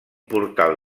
portal